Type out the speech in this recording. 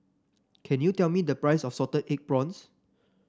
can you tell me the price of Salted Egg Prawns